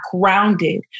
grounded